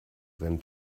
than